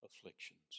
afflictions